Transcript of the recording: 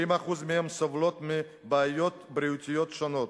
70% מהם סובלים מבעיות בריאותיות שונות.